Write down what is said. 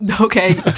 okay